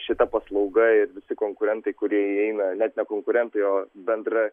šita paslauga ir visi konkurentai kurie įeina net ne konkurentai o bendra